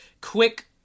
quick